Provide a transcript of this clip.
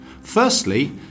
Firstly